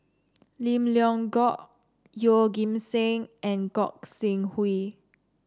Lim Leong Geok Yeoh Ghim Seng and Gog Sing Hooi